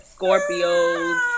Scorpios